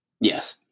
Yes